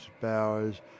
bowers